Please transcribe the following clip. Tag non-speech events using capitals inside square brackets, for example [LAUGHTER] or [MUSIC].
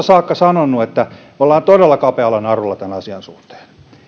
[UNINTELLIGIBLE] saakka sanonut että me olemme todella kapealla narulla tämän asian suhteen